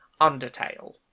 Undertale